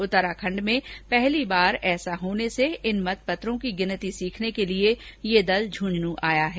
उत्तराखंड में पहली बार ऐसा होने से इन मतपत्रों की गिनती सीखने के लिए यह दल झंझनू आया है